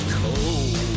cold